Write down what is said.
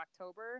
October